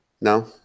No